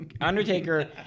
Undertaker